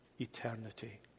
eternity